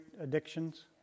addictions